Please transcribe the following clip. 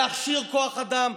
להכשיר כוח אדם,